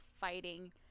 fighting